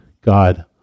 God